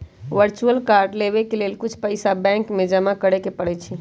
virtual card लेबेय के लेल कुछ पइसा बैंक में जमा करेके परै छै